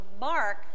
Mark